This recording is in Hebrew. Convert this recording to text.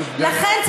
לכן,